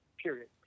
Period